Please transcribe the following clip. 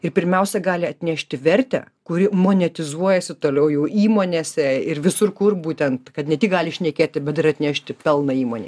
ir pirmiausia gali atnešti vertę kuri monetizuojasi toliau jų įmonėse ir visur kur būtent kad ne tik gali šnekėti bet ir atnešti pelną įmonei